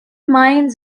minds